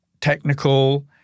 technical